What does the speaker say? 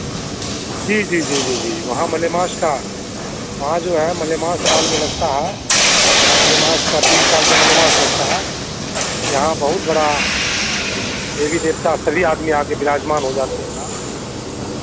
जी जी जी जी जी वहाँ मलेमास का वहाँ जो है मलेमास साल में लगता है यहाँ मलेमास का तीन साल पे मलेमास लगता है यहाँ बहुत बड़ा देवी देवता सभी आदमी आके विराजमान हो जाते हैं यहाँ